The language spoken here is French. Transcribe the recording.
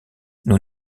nous